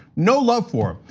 no love for him.